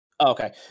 Okay